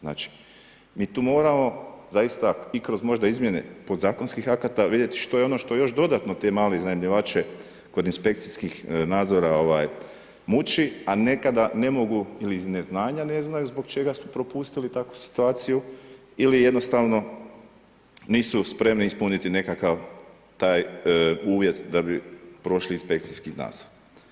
Znači, mi tu moramo zaista i kroz možda izmjene podzakonskih akata vidjeti što je ono što još dodatno te male iznajmljivače kod inspekcijskih nadzora muči, a nekada ne mogu ili iz neznanja ne znaju zbog čega su propustili takvu situaciju ili jednostavno nisu spremni ispuniti nekakav taj uvjet da bi prošli inspekcijski nadzor.